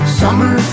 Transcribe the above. summer